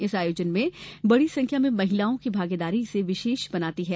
इस आयोजन में बड़ी संख्या में महिलाओं की भागीदारी इसे विशेष बनाती है